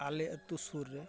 ᱟᱞᱮ ᱟᱛᱳ ᱥᱩᱨ ᱨᱮ